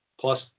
plus